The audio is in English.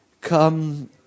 come